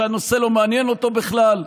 שהנושא לא מעניין אותו בכלל.